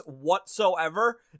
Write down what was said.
whatsoever